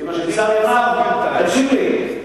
כיוון שלצערי הרב, תקשיב לי.